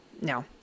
no